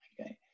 Okay